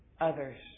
others